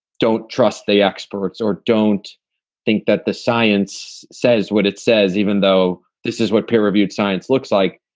don't trust the experts or don't think that the science says what it says, even though this is what peer reviewed science looks like.